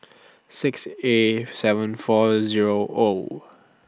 six A seven four Zero O